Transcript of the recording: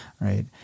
Right